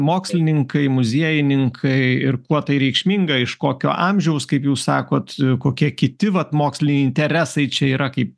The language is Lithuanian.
mokslininkai muziejininkai ir kuo tai reikšminga iš kokio amžiaus kaip jūs sakot kokie kiti vat moksliniai interesai čia yra kaip